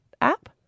app